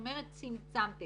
זאת אומרת, צמצמתם.